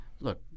look